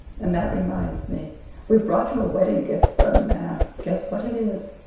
and that reminds me we've brought you a wedding gift from them, anne. guess what it is.